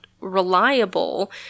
reliable